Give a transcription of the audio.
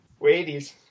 Waities